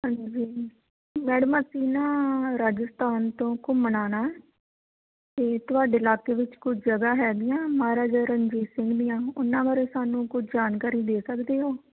ਹਾਂਜੀ ਮੈਡਮ ਅਸੀਂ ਨਾ ਰਾਜਸਥਾਨ ਤੋਂ ਘੁੰਮਣ ਆਉਣਾ ਤਾਂ ਤੁਹਾਡੇ ਇਲਾਕੇ ਵਿੱਚ ਕੁਝ ਜਗ੍ਹਾ ਹੈਗੀਆਂ ਮਹਾਰਾਜਾ ਰਣਜੀਤ ਸਿੰਘ ਦੀਆਂ ਉਹਨਾਂ ਬਾਰੇ ਸਾਨੂੰ ਕੁਝ ਜਾਣਕਾਰੀ ਦੇ ਸਕਦੇ ਹੋ